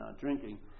drinking